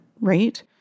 right